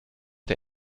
der